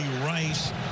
Rice